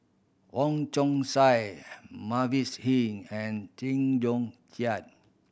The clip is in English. Wong Chong Sai Mavis Hee and Chew Joo Chiat